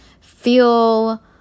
feel